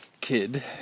kid